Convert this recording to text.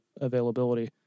availability